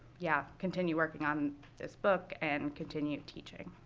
yeah, continue working on this book and continue teaching.